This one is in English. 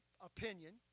opinion